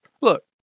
look